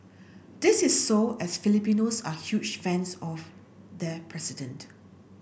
this is so as Filipinos are huge fans of their president